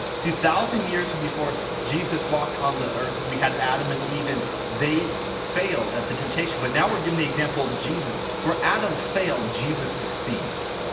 see thousand years and before jesus walked on the earth we had adam and eve and they failed at the temptation but now we're giving the example of jesus where adam failed jesus succeeds.